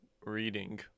Reading